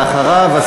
ואחריו,